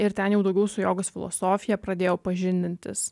ir ten jau daugiau su jogos filosofija pradėjau pažindintis